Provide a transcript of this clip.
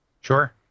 Sure